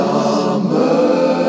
Summer